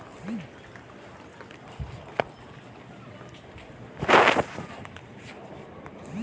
गाँव म पालतू पसु धन ल ही गरूवा केहे जाथे